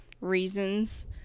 reasons